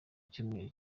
icyumweru